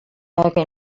hagen